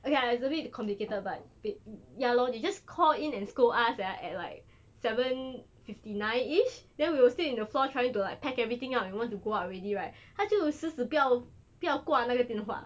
okay lah it's a bit complicated but wait ya lor they just call in and scold us ah at like seven fifty nine ish then we are still in the floor trying to like pack everything up you want to go out already right 他就有死死不要不要挂那个电话